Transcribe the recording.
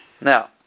Now